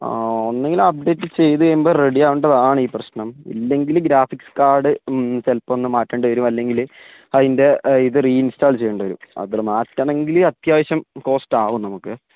അഹ് ഒന്നുകില് അപ്ഡേറ്റ് ചെയ്തുകഴിയുമ്പോള് റെഡിയാകേണ്ടതാണ് ഈ പ്രശ്നം ഇല്ലെങ്കില് ഗ്രാഫിക്സ് കാർഡ് ചിലപ്പോളൊന്ന് മാറ്റേണ്ടിവരും അല്ലെങ്കില് അതിൻ്റെ ഇത് റീഇൻസ്റ്റാൾ ചെയ്യേണ്ടിവരും അത് മാറ്റാനാണെങ്കില് അത്യാവശ്യം കോസ്റ്റ് ആകും നമുക്ക്